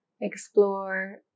explore